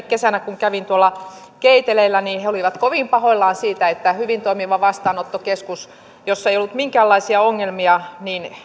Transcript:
kesänä kävin tuolla keiteleellä niin he olivat kovin pahoillaan siitä että hyvin toimiva vastaanottokeskus jossa ei ollut minkäänlaisia ongelmia